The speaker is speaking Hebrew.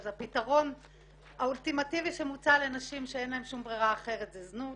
אז הפתרון האולטימטיבי שמוצע לנשים שאין להן שום ברירה אחרת זה זנות